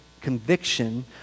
Conviction